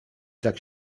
tak